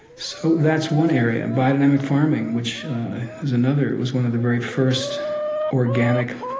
so that's one area. and biodynamic farming, which is another, was one of the very first organic